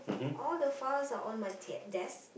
all the files are on my t~ desk